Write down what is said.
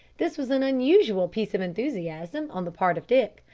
this was an unusual piece of enthusiasm on the part of dick,